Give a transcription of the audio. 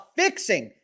fixing